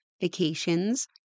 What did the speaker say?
vacations